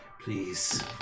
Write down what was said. Please